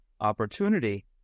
opportunity